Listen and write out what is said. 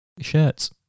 shirts